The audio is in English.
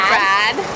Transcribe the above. Brad